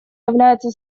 является